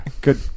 Good